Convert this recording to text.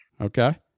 Okay